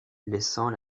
laissant